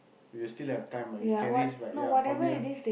we'll still have time but we can reach like ya from here